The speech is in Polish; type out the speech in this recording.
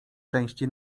części